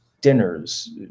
dinners